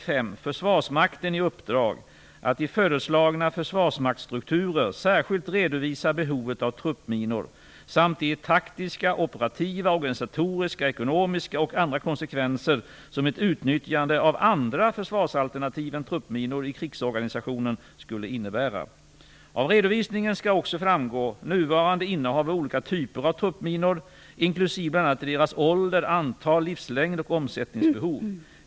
Försvarsmakten i uppdrag att i föreslagna försvarsmaktsstrukturer särskilt redovisa behovet av truppminor samt de taktiska, operativa, organisatoriska, ekonomiska och andra konsekvenser som ett utnyttjande av andra försvarsalternativ än truppminor i krigsorganisationen skulle innebära. Av redovisningen skall också framgå nuvarande innehav av olika typer av truppminor inklusive bl.a.